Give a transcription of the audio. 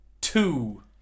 two